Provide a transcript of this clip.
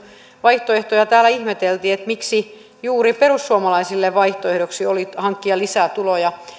vaihtoehtoja täällä ihmeteltiin että miksi juuri perussuomalaisille vaihtoehtona oli hankkia lisää tuloja